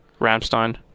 Rammstein